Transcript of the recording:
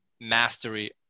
mastery